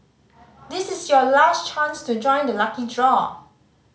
this is your last chance to join the lucky draw